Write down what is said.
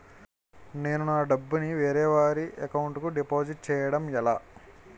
నేను నా డబ్బు ని వేరే వారి అకౌంట్ కు డిపాజిట్చే యడం ఎలా?